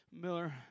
Miller